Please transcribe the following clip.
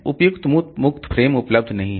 उपयुक्त मुक्त फ्रेम उपलब्ध नहीं है